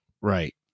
Right